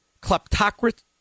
kleptocracy